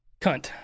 Cunt